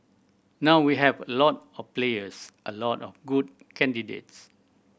now we have a lot of players a lot of good candidates